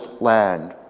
land